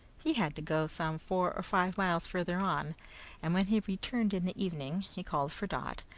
he had to go some four or five miles farther on and, when he returned in the evening, he called for dot,